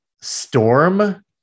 Storm